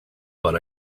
but